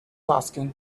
asking